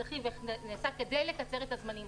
כדי לקצר את הזמנים,